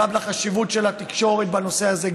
יש גם חשיבות לתקשורת בנושא הזה,